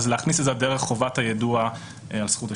להכניס אותה דרך חובת היידוע על זכות השתיקה.